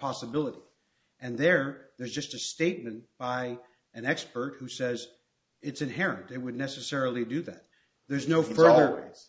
possibility and there is just a statement by an expert who says it's inherent it would necessarily do that there's no furries